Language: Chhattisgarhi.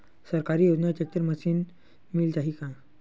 सरकारी योजना टेक्टर मशीन मिल जाही का?